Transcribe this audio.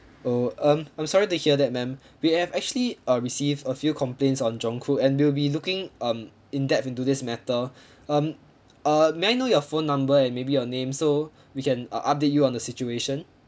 oh um I'm sorry to hear that ma'am we have actually uh received a few complaints on jong kook and we'll be looking um in depth into this matter um uh may I know your phone number and maybe your name so we can up~ update you on the situation